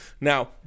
Now